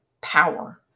power